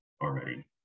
already